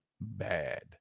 bad